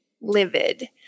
livid